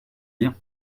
bien